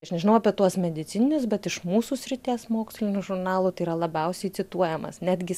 aš nežinau apie tuos medicininius bet iš mūsų srities mokslinių žurnalų tai yra labiausiai cituojamas netgi